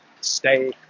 stay